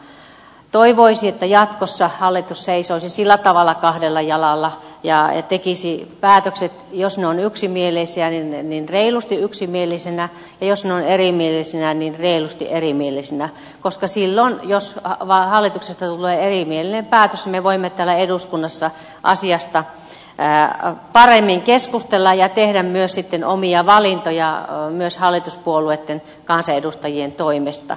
toivoisi että jatkossa hallitus seisoisi sillä tavalla kahdella jalalla ja tekisi päätökset jos ne ovat yksimielisiä reilusti yksimielisinä ja jos ne ovat erimielisiä niin reilusti erimielisinä koska silloin jos hallituksesta tulee erimielinen päätös me voimme täällä eduskunnassa asiasta paremmin keskustella ja tehdä myös sitten omia valintojamme myös hallituspuolueitten kansanedustajien toimesta